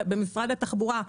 ובמשרד התחבורה,